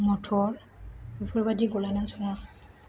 मटर बेफोरबादि गलायनानै सङो